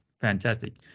fantastic